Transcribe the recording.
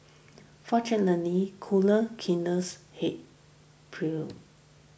fortunately cooler kinder heads prevailed